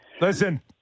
listen